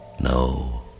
no